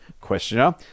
questioner